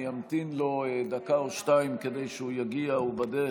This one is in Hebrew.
אמתין לו דקה או שתיים כדי שהוא יגיע, הוא בדרך.